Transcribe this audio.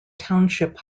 township